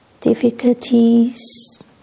difficulties